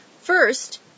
First